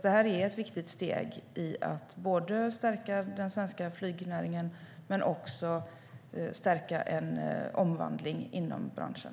Det här är ett viktigt steg i att både stärka den svenska flygnäringen och i en omvandling inom branschen.